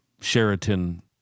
Sheraton